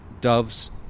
doves